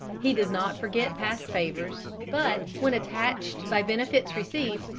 he does not forget past favours, but, when attached by benefits received,